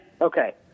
okay